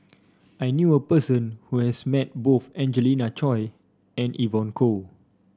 I knew a person who has met both Angelina Choy and Evon Kow